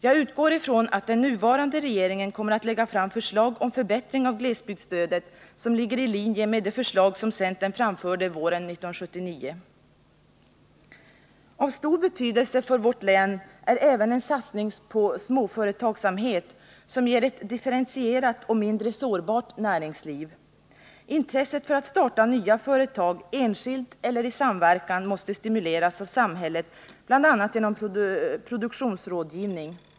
Jag utgår ifrån att den nuvarande regeringen kommer att lägga fram förslag om förbättring av glesbygdsstödet som ligger i linje med de förslag centern framförde våren 1979. Av stor betydelse för vårt län är även en satsning på småföretagsamhet som ger ett differentierat och mindre sårbart näringsliv. Intresset för att starta nya företag, enskilt eller i samverkan, måste stimuleras av samhället bl.a. genom produktionsrådgivning.